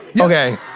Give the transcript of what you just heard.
Okay